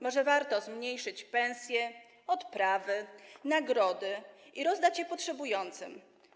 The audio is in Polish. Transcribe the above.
Może warto zmniejszyć pensje, odprawy, nagrody i rozdać to potrzebującym.